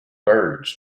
birds